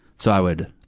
so i would,